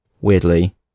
weirdly